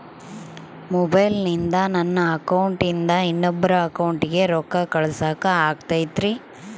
ಮೊಬೈಲಿಂದ ನನ್ನ ಅಕೌಂಟಿಂದ ಇನ್ನೊಬ್ಬರ ಅಕೌಂಟಿಗೆ ರೊಕ್ಕ ಕಳಸಾಕ ಆಗ್ತೈತ್ರಿ?